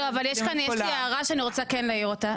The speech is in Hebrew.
אבל יש לי הערה שאני רוצה כן להעיר אותה,